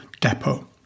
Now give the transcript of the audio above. depot